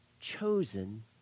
chosen